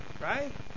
right